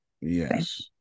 Yes